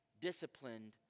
disciplined